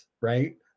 right